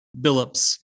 Billups